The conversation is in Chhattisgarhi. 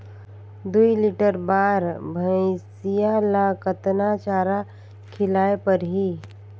दुई लीटर बार भइंसिया ला कतना चारा खिलाय परही?